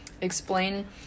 explain